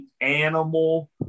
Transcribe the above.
Animal